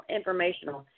informational